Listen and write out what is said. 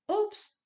Oops